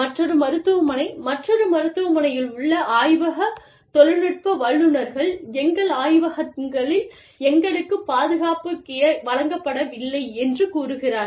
மற்றொரு மருத்துவமனை மற்றொரு மருத்துவமனையில் உள்ள ஆய்வக தொழில்நுட்ப வல்லுநர்கள் எங்கள் ஆய்வகங்களில் எங்களுக்குப் பாதுகாப்பு கியர் வழங்கப்படவில்லை என்று கூறுகிறார்கள்